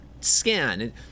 scan